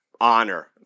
honor